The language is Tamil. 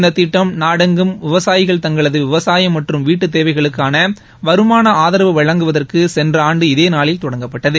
இந்த திட்டம் நாடெங்கும் விவசாயிகள் தங்களது விவசாயம் மற்றும் வீட்டு தேவைகளுக்கான வருமான ஆதரவு வழங்குவதற்கு சென்ற ஆண்டு இதே நாளில் தொடங்கப்பட்டது